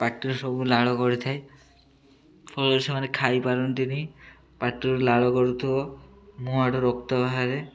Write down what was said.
ପାଟିରୁ ସବୁ ଲାଳ ଗଡ଼ିଥାଏ ଫଳରେ ସେମାନେ ଖାଇପାରନ୍ତିନି ପାଟିରୁ ଲାଳ ଗଡ଼ୁଥିବ ମୁହଁ ଆଡ଼ୁ ରକ୍ତ ବାହାରେ